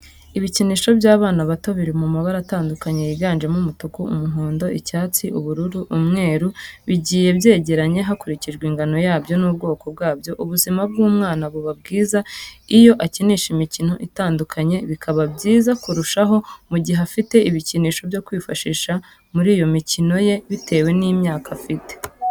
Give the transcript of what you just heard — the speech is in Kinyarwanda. Ibikinisho by'abana bato biri mu mabara atandukanye yiganjemo umutuku, umuhondo, icyatsi ,ubururu ,umweru, bigiye byegeranye hakurikijwe ingano yabyo n'ubwoko bwabyo ubuzima bw'umwana buba bwiza iyo akina imikino itandukanye, bikaba byiza kurushaho mu gihe afite ibikinisho byo kwifashisha muri iyo mikino ye bitewe n'imyaka afite.